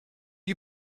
you